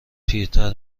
پیرتر